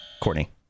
Courtney